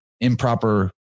improper